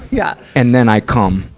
yeah. and then i cum.